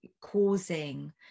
causing